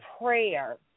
prayer